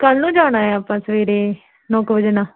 ਕੱਲ੍ਹ ਨੂੰ ਜਾਣਾ ਆ ਆਪਾਂ ਸਵੇਰੇ ਨੌ ਕੁ ਵਜੇ ਨਾਲ